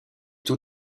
tout